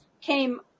came